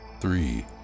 Three